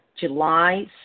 July